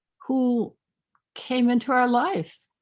who came into our life.